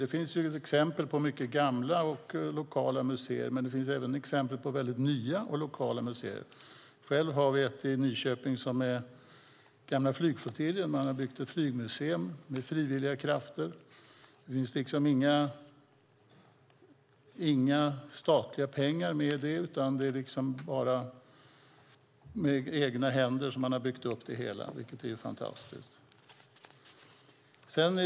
Det finns exempel på mycket gamla och lokala museer, men det finns även exempel på nya och lokala museer. I Nyköping finns ett lokalt museum. Man har med hjälp av frivilliga krafter byggt ett flygmuseum på den gamla flygflottiljen. Det finns inga statliga pengar utan det är bara med egna händer som det har byggts upp, vilket är fantastiskt.